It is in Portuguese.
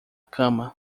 cama